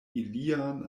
ilian